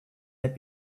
had